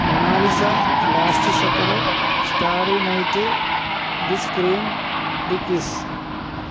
Mona Lisa last supper starry night describe the kiss